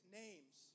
names